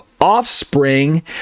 offspring